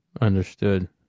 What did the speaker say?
understood